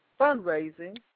fundraising